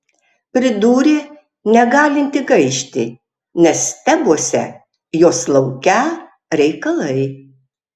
pridūrė negalinti gaišti nes tebuose jos laukią reikalai